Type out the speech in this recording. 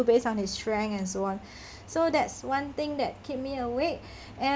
based on his strength and so on so that's one thing that keep me awake and